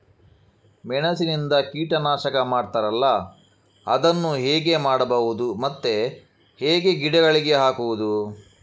ಮೆಣಸಿನಿಂದ ಕೀಟನಾಶಕ ಮಾಡ್ತಾರಲ್ಲ, ಅದನ್ನು ಹೇಗೆ ಮಾಡಬಹುದು ಮತ್ತೆ ಹೇಗೆ ಗಿಡಗಳಿಗೆ ಹಾಕುವುದು?